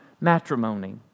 matrimony